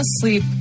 asleep